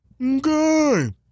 Good